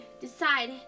decide